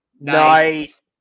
Nice